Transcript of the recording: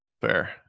Fair